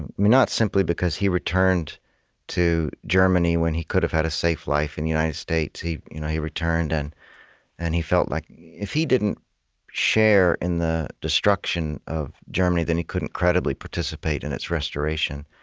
and not simply because he returned to germany when he could have had a safe life in the united states. he you know he returned, and and he felt like if he didn't share in the destruction of germany, then he couldn't credibly participate in its restoration.